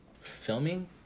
filming